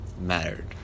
mattered